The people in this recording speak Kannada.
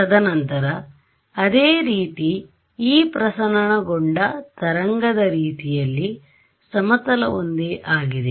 ತದನಂತರ ಅದೇ ರೀತಿ E ಪ್ರಸರಣಗೊಂಡ ತರಂಗದ ರೀತಿ ಯಲ್ಲಿ ಸಮತಲ ಒಂದೆ ಆಗಿದೆ